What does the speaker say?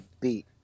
beat